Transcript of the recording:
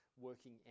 working